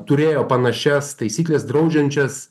turėjo panašias taisykles draudžiančias